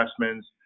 investments